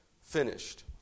finished